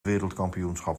wereldkampioenschap